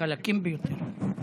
חלקים ביותר.